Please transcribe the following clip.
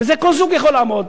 בזה כל זוג יכול לעמוד.